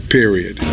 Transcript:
period